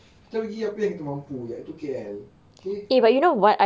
kita pergi apa yang kita mampu jer iaitu K_L K